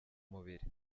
mubiri